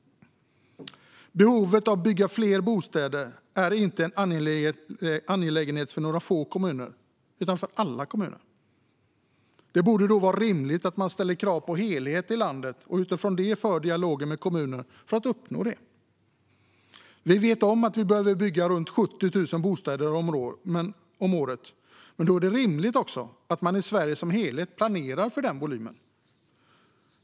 Behovet av att bygga fler bostäder är inte en angelägenhet för några få kommuner utan för alla kommuner. Det borde då vara rimligt att ställa krav på helheten i landet och att utifrån det föra dialoger med kommunerna för att uppnå detta. Vi vet om att vi behöver bygga runt 70 000 bostäder om året. Men då är det rimligt att man i Sverige som helhet planerar för den volymen.